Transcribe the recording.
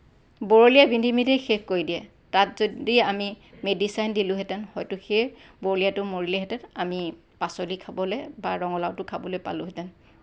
বৰলীয়াই বিন্ধি বিন্ধি শেষ কৰি দিয়ে তাত যদি আমি মেডিচাইন দিলোঁহেঁতেন হয়তো সেই বৰলীয়াটো মৰিলেহেঁতেন আমি পাচলি খাবলৈ বা ৰঙালাওটো খাবলৈ পালোঁহেঁতেন